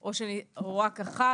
או רק קנס אחד?